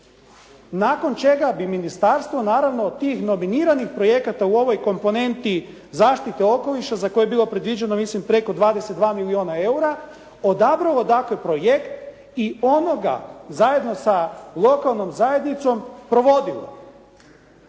nakon čega bi ministarstvo naravno od tih nominiranih projekata u ovoj komponenti zaštite okoliša, za koje je bilo predviđeno mislim preko 20 milijuna eura odabralo dakle, projekt i onoga zajedno sa lokalnom zajednicom provodilo.